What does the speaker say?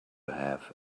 have